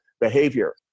behavior